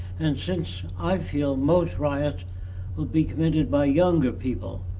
and since i feel most riots will be committed by younger people,